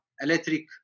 electric